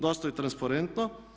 Dosta je transparentno.